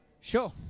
Sure